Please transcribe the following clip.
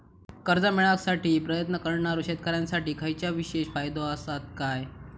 कर्जा मेळाकसाठी प्रयत्न करणारो शेतकऱ्यांसाठी खयच्या विशेष फायदो असात काय?